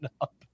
up